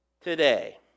today